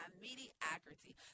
Mediocrity